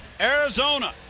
Arizona